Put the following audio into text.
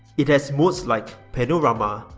it has modes like panorama,